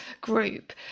group